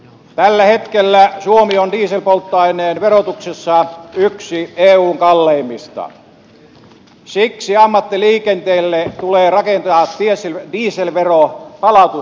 tällä hetkellä suomi on dieselpolttoaineen verotuksessa yksi eun kalleimmista siksi ammattiliikenteelle tulee rakentaa dieselveropalautus järjestelmään